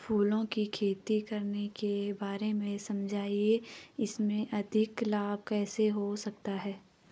फूलों की खेती करने के बारे में समझाइये इसमें अधिक लाभ कैसे हो सकता है?